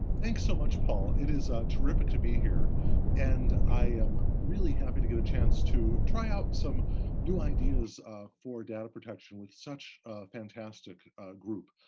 thanks so much paul. it is terrific to be here and i am really happy to get a chance to try out some new ideas for data protection with such a fantastic group.